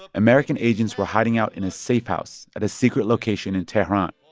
american agents were hiding out in a safehouse at a secret location in tehran,